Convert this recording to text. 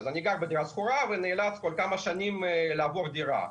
אז אני גר בדירה שכורה ונאלץ כל כמה שנים לעבור דירה.